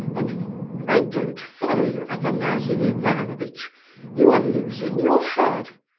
and i don't follow you, afanasy ivanovitch you are losing your head.